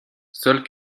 seules